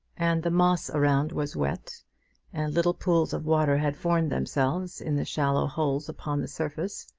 and the moss around was wet, and little pools of water had formed themselves in the shallow holes upon the surface.